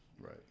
Right